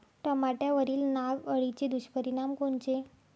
टमाट्यावरील नाग अळीचे दुष्परिणाम कोनचे?